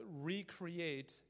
recreate